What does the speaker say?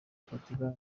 portugal